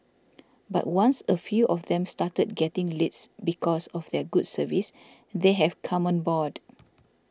but once a few of them started getting leads because of their good service they have come on board